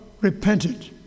repented